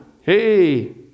hey